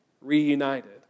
reunited